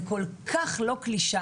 זה כל כך לא קלישאה,